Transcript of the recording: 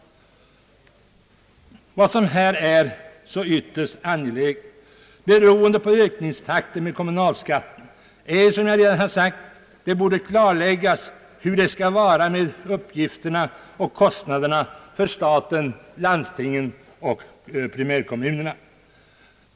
Vad som här är så ytterst angeläget, beroende på ökningstakten i kommunalskatten, är som jag redan sagt att det borde klarläggas hur uppgifterna och kostnaderna skall fördelas mellan staten, landstingen och primärkommunerna.